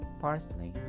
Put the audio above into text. parsley